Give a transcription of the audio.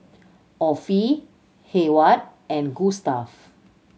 Offie Hayward and Gustav